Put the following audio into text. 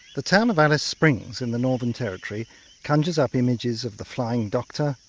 the town of alice springs in the northern territory conjures up images of the flying doctor,